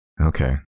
Okay